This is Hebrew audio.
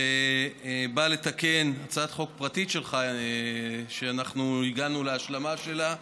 שבא לתקן הצעת חוק פרטית שהגענו להשלמה שלה,